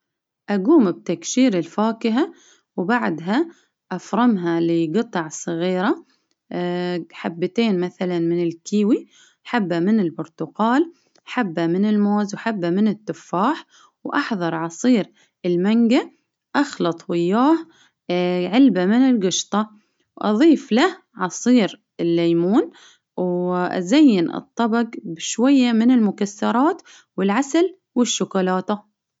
أجوم بتقشير الفاكهة، وبعدها أفرمها لقطع صغيرة حبتين مثلا من الكيوي، حبة من البرتقال، حبة من الموز، وحبة من التفاح، وأحضر عصير المانجا، أخلط وياه علبة من القشطة، وأظيف له عصير الليمون، وأزين الطبق بشوية من المكسرات، والعسل والشوكولاتة.